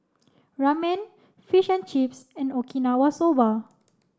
Ramen Fish and Chips and Okinawa Soba